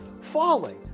falling